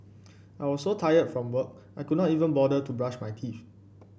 I was so tired from work I could not even bother to brush my teeth